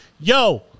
yo